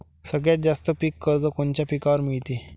सगळ्यात जास्त पीक कर्ज कोनच्या पिकावर मिळते?